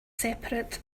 separate